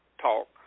talk